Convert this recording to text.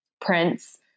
Prince